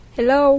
Hello